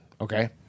okay